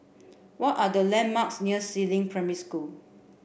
what are the landmarks near Si Ling Primary School